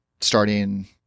starting